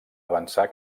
avançar